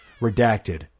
Redacted